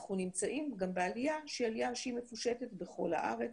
ושאנחנו נמצאים גם בעלייה שהיא מפושטת בכול הארץ,